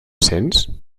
sents